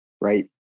Right